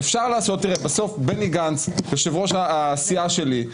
בסוף בני גנץ, יושב-ראש הסיעה שלי,